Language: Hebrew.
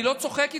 אני לא צוחק איתך,